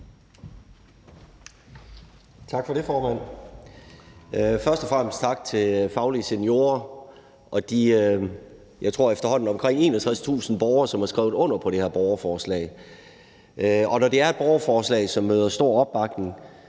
Tak for det, formand. Først og fremmest tak til Faglige Seniorer og de, jeg tror efterhånden omkring 61.000 borgere, som har skrevet under på det her borgerforslag. Når det er et borgerforslag, som møder stor opbakning,